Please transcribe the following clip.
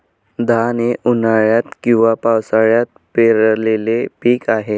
धान हे उन्हाळ्यात किंवा पावसाळ्यात पेरलेले पीक आहे